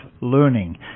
learning